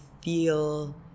feel